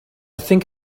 think